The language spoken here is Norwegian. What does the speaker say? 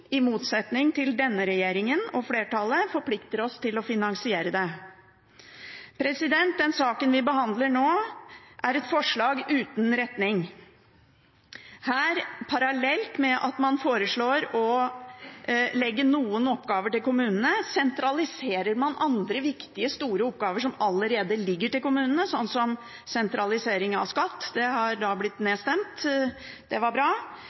i motsetning til denne regjeringen og flertallet – forplikter oss til å finansiere det. Den saken vi behandler nå, er et forslag uten retning. Parallelt med at man foreslår å legge noen oppgaver til kommunene, sentraliserer man her andre viktige, store oppgaver som allerede ligger til kommunene, slik som sentralisering av skatt – det har da blitt nedstemt, det var bra.